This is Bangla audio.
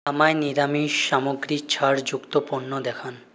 আমায় নিরামিষ সামগ্রীর ছাড় যুক্ত পণ্য দেখান